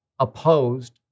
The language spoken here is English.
Opposed